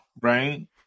right